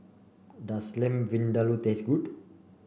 does Lamb Vindaloo taste good